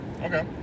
Okay